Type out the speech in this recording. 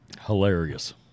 hilarious